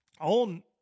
on